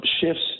shifts